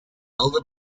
elder